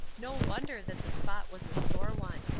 no wonder that the spot was a sore one.